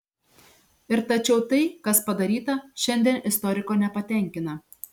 ir tačiau tai kas padaryta šiandien istoriko nepatenkina